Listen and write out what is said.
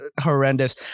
horrendous